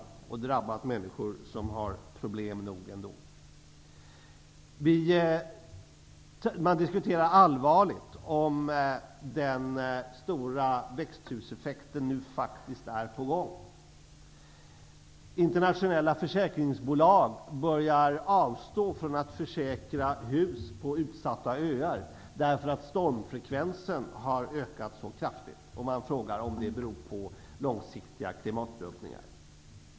Det har drabbat människor som har problem nog ändå. Man diskuterar allvarligt om den stora växthuseffekten nu faktiskt är på gång. Internationella försäkringsbolag börjar avstå från att försäkra hus på utsatta öar därför att stormfrekvensen har ökat så kraftigt. Man undrar om det beror på långsiktiga klimatrubbningar.